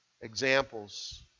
examples